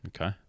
okay